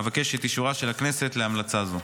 אבקש את אישורה של הכנסת להמלצה זו.